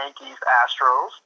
Yankees-Astros